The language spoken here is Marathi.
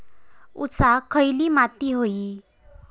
ऊसाक खयली माती व्हयी?